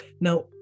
now